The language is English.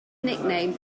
nickname